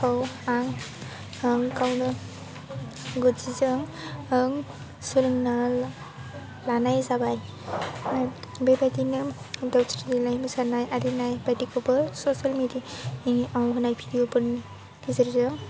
खौ आं आं गावनो आं सोलोंना लानाय जाबाय बेबायदिनो दावस्रि देलाय मोसानाय आरिनाय बायदिखौबो ससियेल मेडियानि आं होनाय भिडिअफोरनि गेजेरजों